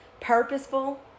purposeful